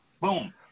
Boom